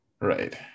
Right